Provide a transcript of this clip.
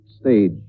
stage